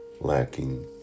lacking